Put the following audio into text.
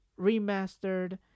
remastered